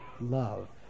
love